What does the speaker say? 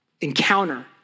encounter